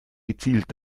gezielt